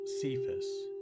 Cephas